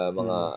mga